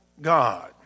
God